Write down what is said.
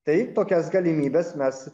tai tokias galimybes mes